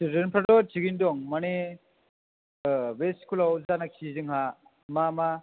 स्टुडेनफ्राथ' थिगैनो दं मानि बे स्कुलाव जानाखि जोंहा मा मा